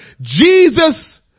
Jesus